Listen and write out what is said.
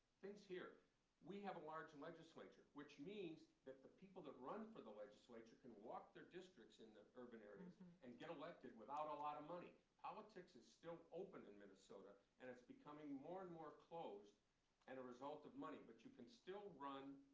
things here we have a legislature, which means that the people that run for the legislature can walk their districts in the urban areas and get elected without a lot of money. politics is still open in minnesota, and it's becoming more and more closed and a result of money. but you can still run